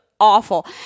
awful